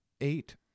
eight